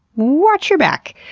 watch yer back.